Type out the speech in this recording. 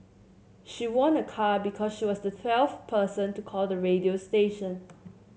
she won a car because she was the twelfth person to call the radio station